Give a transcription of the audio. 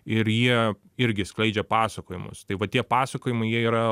ir jie irgi skleidžia pasakojimus tai va tie pasakojimai jie yra